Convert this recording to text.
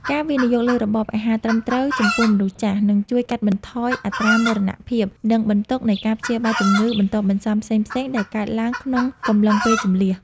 ការវិនិយោគលើរបបអាហារត្រឹមត្រូវចំពោះមនុស្សចាស់ នឹងជួយកាត់បន្ថយអត្រាមរណភាព និងបន្ទុកនៃការព្យាបាលជំងឺបន្ទាប់បន្សំផ្សេងៗដែលកើតឡើងក្នុងកំឡុងពេលជម្លៀស។